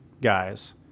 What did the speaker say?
guys